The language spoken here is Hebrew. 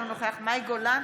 אינו נוכח מאי גולן,